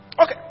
Okay